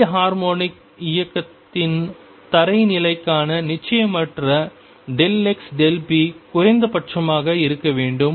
எளிய ஹார்மோனிக் இயக்கத்தின் தரை நிலைக்கான நிச்சயமற்ற xp குறைந்தபட்சமாக இருக்க வேண்டும்